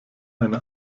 eine